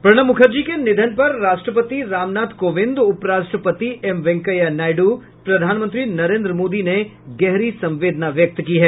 प्रणब मुखर्जी के निधन पर राष्ट्रपति रामनाथ कोविंद उप राष्ट्रपति एम वेंकैया नायड्र प्रधानमंत्री नरेन्द्र मोदी ने गहरी संवेदना व्यक्त की है